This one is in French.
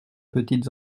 petites